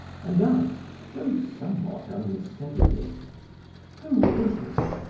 and asked, though somewhat unsteadily who is it?